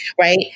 Right